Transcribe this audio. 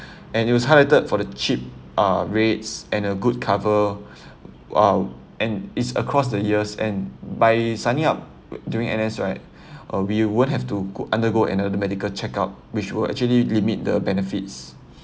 and it was highlighted for the cheap uh rates and a good cover uh and it's across the years and by signing up during N_S right uh we won't have to undergo another medical check up which will actually limit the benefits